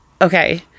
okay